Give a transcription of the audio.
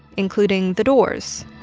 including the doors